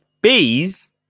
bees